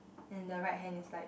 and the right hand is like